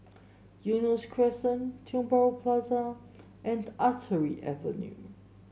Eunos Crescent Tiong Bahru Plaza and Artillery Avenue